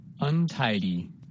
Untidy